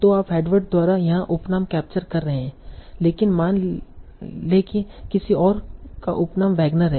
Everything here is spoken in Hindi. तो आप हेडवर्ड द्वारा यहाँ उपनाम कैप्चर कर रहे हैं लेकिन मान लें कि किसी और का उपनाम वैगनर है